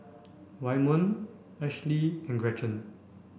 Waymon Ashely and Gretchen